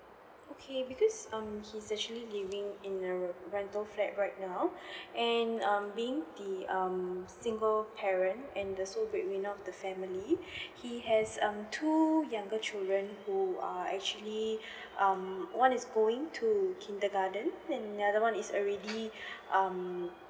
okay because um he's actually living in a rental flat right now and um being the um single parent and the sole breadwinner of the family he has um two younger children who are actually um one is going to kindergarten then another one is already um